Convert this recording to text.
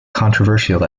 controversial